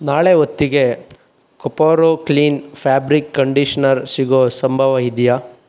ನಾಳೆ ಹೊತ್ತಿಗೆ Koparo clean fabric conditioner ಸಿಗೋ ಸಂಭವ ಇದೆಯಾ